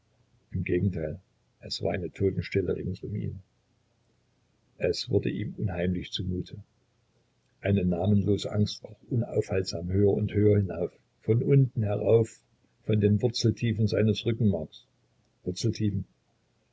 im gegenteil es war eine totenstille rings um ihn es wurde ihm unheimlich zu mute eine namenlose angst kroch unaufhaltsam höher und höher hinauf von unten herauf von den wurzeltiefen seines rückenmarks wurzeltiefen